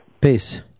Peace